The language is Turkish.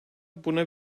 buna